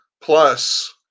Plus